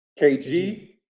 KG